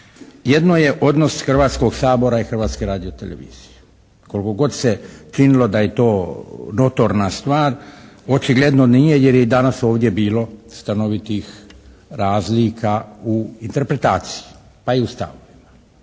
Jedno je odnos Hrvatskog sabora i Hrvatske radio-televizije. Koliko god se činilo da je notorna stvar očigledno nije jer je i danas ovdje bilo stanovitih razlika u interpretaciji pa i u stavovima.